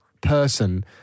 person